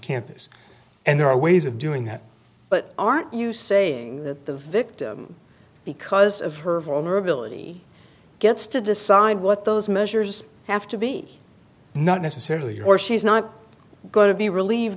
campus and there are ways of doing that but aren't you saying that the victim because of her vulnerability gets to decide what those measures have to be not necessarily or she's not going to be relieved